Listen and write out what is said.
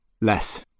less